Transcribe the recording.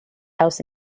house